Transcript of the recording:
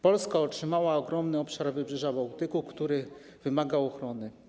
Polska otrzymała ogromny obszar wybrzeża Bałtyku, który wymagał ochrony.